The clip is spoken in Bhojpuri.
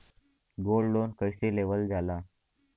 गोल्ड लोन कईसे लेवल जा ला?